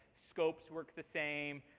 scopes work the same.